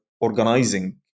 organizing